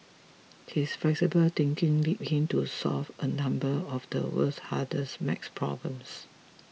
his flexible thinking led him to solve a number of the world's hardest math problems